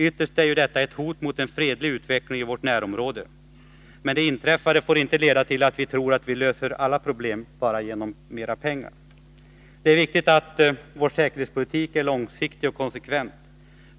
Ytterst är de ett hot mot en fredlig utveckling i vårt närområde. Men det som inträffat får inte leda till att vi tror att vi kan lösa problemen bara genom mera pengar. Det är viktigt att vår säkerhetspolitik är långsiktig och konsekvent.